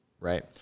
right